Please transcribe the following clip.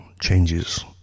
changes